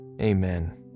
Amen